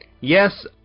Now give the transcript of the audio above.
Yes